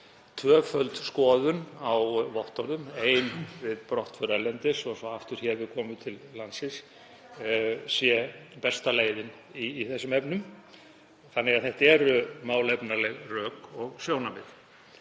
tvöföld skoðun á vottorðum, ein við brottför erlendis og svo aftur við komu hingað til lands, sé besta leiðin í þessum efnum þannig að þetta eru málefnaleg rök og sjónarmið.